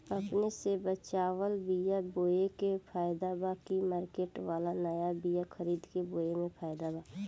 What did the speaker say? अपने से बचवाल बीया बोये मे फायदा बा की मार्केट वाला नया बीया खरीद के बोये मे फायदा बा?